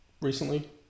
recently